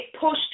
pushed